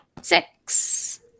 Six